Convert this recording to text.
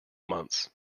months